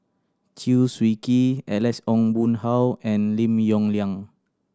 Chew Swee Kee Alex Ong Boon Hau and Lim Yong Liang